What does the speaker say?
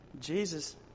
Jesus